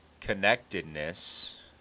connectedness